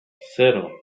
cero